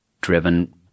driven